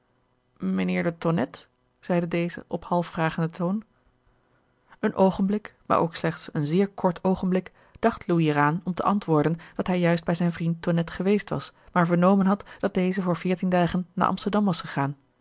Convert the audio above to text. mijnheer de tonnette zeide deze op half vragenden toon een oogenblik maar ook slechts een zeer kort oogenblik dacht louis er aan om te antwoorden dat hij juist bij zijn vriend tonnette geweest was maar vernomen had dat deze voor veertien dagen naar amsterdam was gegaan